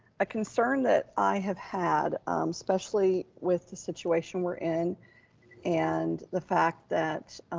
a concern that i have had, especially with the situation we're in and the fact that